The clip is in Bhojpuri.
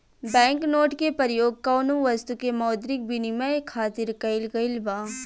बैंक नोट के परयोग कौनो बस्तु के मौद्रिक बिनिमय खातिर कईल गइल बा